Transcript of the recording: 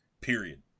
Period